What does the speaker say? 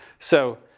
so,